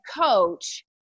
coach